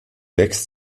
wächst